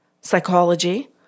psychology